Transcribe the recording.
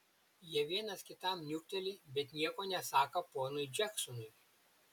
jie vienas kitam niukteli bet nieko nesako ponui džeksonui